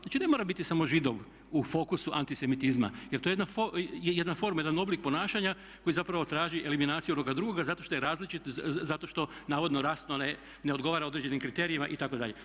Znači, ne mora biti samo Židov u fokusu antisemitizma jer to je jedna forma, jedan oblik ponašanja koji zapravo traži eliminaciju onoga drugoga zato što je različit, zato što navodno rasno ne odgovara određenim kriterijima itd.